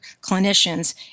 clinicians